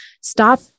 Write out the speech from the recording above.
Stop